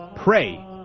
Pray